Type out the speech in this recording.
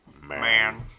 man